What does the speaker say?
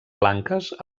blanques